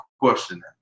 question